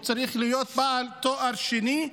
הוא צריך להיות בעל תואר שני,